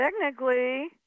technically